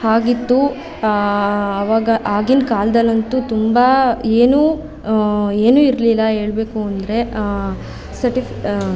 ಹಾಗಿತ್ತು ಆವಾಗ ಆಗಿನ ಕಾಲದಲ್ಲಂತೂ ತುಂಬ ಏನು ಏನೂ ಇರಲಿಲ್ಲ ಹೇಳ್ಬೇಕು ಅಂದರೆ ಸರ್ಟಿಫ್